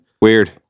Weird